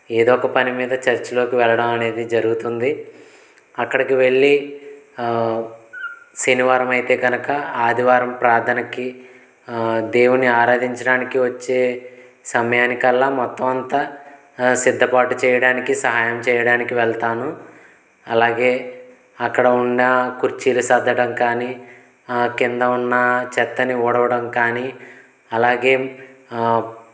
ఏదో ఒక పని మీద చర్చ్లోకి వెళ్లడం అనేది జరుగుతుంది అక్కడికి వెళ్లి శనివారం అయితే గనక ఆదివారం ప్రార్థనకి దేవుని ఆరాధించడానికి వచ్చే సమయానికి అలా మొత్తం అంతా సిద్ధపాటు చేయడానికి సహాయం చేయడానికి వెళ్తాను అలాగే అక్కడ ఉన్న కుర్చీలు సర్దడం కానీ ఆ కింద ఉన్న చెత్తని ఊడవడం కానీ అలాగే